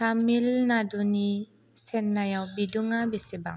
तामिल नाडुनि चेन्नाइआव बिदुंआ बेसेबां